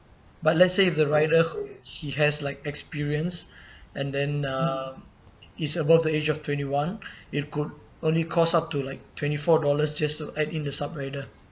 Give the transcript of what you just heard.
but let's say the rider he has like experience and then uh is above the age of twenty one it could only costs up to like twenty four dollars just to add in the sub rider